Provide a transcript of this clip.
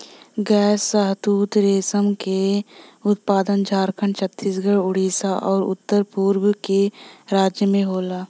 गैर शहतूत रेशम क उत्पादन झारखंड, छतीसगढ़, उड़ीसा आउर उत्तर पूरब के राज्य में होला